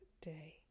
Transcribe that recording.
day